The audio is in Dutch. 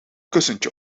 kussentje